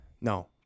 no